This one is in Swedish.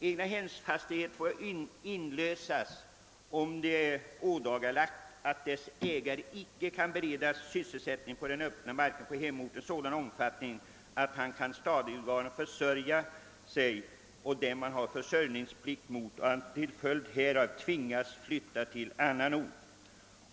En egnahemsfastighet får inlösas, om det är ådagalagt att dess ägare icke kan beredas sysselsättning på den öppna marknaden i hemorten i sådan omfattning att han kan stadigvarande försörja sig och dem han har försörjningsplikt mot och att han till följd härav tvingas flytta till annan ort.